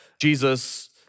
Jesus